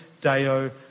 Deo